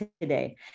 today